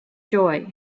joy